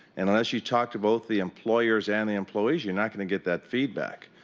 and unless you talk to both the employers and the employees you're not going to get that feedback.